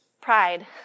Pride